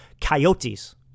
coyotes